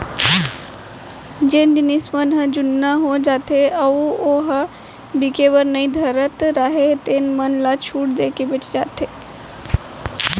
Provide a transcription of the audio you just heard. जेन जिनस मन ह जुन्ना हो जाथे अउ ओ ह बिके बर नइ धरत राहय तेन मन ल छूट देके बेचे जाथे